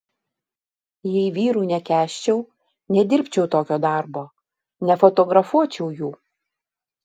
jei vyrų nekęsčiau nedirbčiau tokio darbo nefotografuočiau jų